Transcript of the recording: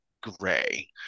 gray